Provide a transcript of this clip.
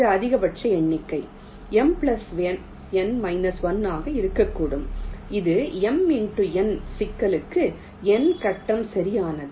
இது அதிகபட்ச எண்ணிக்கை M N 1 ஆக இருக்கக்கூடும் இது M X N சிக்கலுக்கு N கட்டம் சரியானது அல்ல